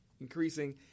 increasing –